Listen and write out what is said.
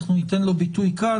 אנחנו ניתן לו ביטוי כאן,